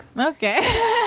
okay